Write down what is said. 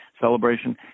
celebration